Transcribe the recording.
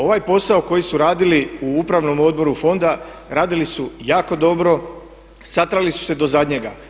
Ovaj posao koji su radili u upravnom odboru fonda radili su jako dobro, satrali su se do zadnjega.